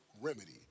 remedy